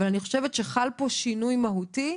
אבל אני חושבת שחל פה שינוי מהותי,